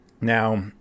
Now